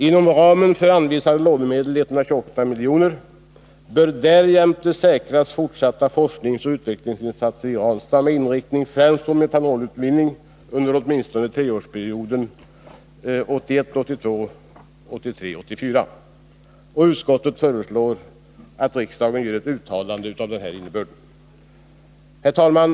Inom ramen för anvisade lånemedel — 128 milj.kr. — bör därjämte säkras fortsatta FoU-insatser i Ranstad med inriktning främst på metanolutvinning under åtminstone treårsperioden 1981 84. Utskottet föreslår ett uttalande av riksdagen av här angiven innebörd.” Fru talman!